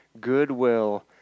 goodwill